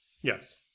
Yes